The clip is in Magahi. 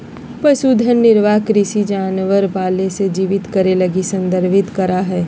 पशुधन निर्वाह कृषि जानवर पाले से जीवित करे लगी संदर्भित करा हइ